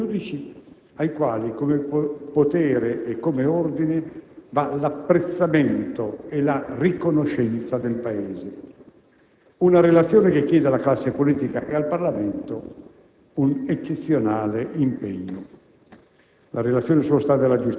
che dà forte sostegno ai giudici, ai quali come potere e come ordine va l'apprezzamento e la riconoscenza del Paese, una Relazione che chiede alla classe politica e al Parlamento un eccezionale impegno.